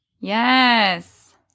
Yes